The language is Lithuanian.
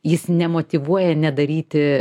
jis nemotyvuoja nedaryti